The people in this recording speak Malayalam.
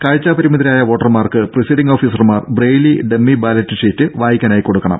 കാഴ്ച പരിമിതരായ വോട്ടർമാർക്ക് പ്രിസൈഡിംഗ് ഓഫീസർമാർ ബ്രെയിലി ഡമ്മി ബാലറ്റ് ഷീറ്റ് വായിക്കാനായി കൊടുക്കണം